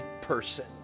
person